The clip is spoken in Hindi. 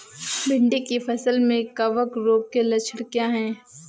भिंडी की फसल में कवक रोग के लक्षण क्या है?